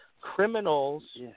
Criminals